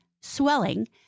swelling